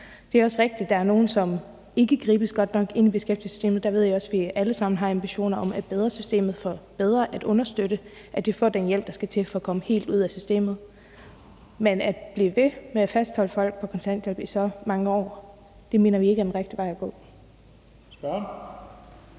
Det er også rigtigt, at der er nogle, som ikke gribes godt nok inde i beskæftigelsessystemet, og der ved jeg også, at vi alle sammen har ambitioner om at bedre systemet for bedre at understøtte, at de får den hjælp, der skal til, for at komme helt ud af systemet. Men at blive ved med at fastholde folk på kontanthjælp i så mange år mener vi ikke er den rigtige vej at gå. Kl.